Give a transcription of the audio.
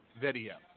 video